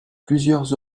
plusieurs